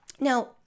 Now